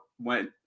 went